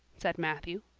said matthew.